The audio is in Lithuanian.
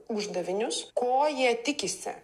uždavinius ko jie tikisi